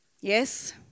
Yes